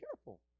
careful